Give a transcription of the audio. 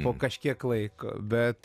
po kažkiek laiko bet